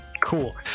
Cool